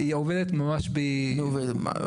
שעובדת ממש בקטנה.